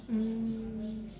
mm